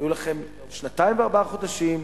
היו לכם שנתיים וארבעה חודשים,